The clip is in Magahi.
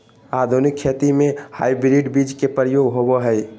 आधुनिक खेती में हाइब्रिड बीज के प्रयोग होबो हइ